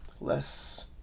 less